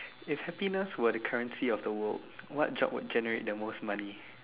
if happiness were the currency of the world what job would generate the most money